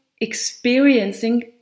experiencing